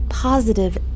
Positive